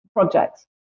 projects